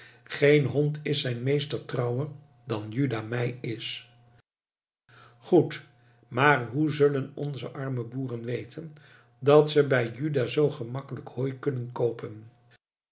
geen hond is zijn meester trouwer dan juda mij is goed maar hoe zullen onze arme boeren weten dat ze bij juda zoo gemakkelijk hooi kunnen koopen